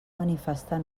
manifestar